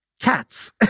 cats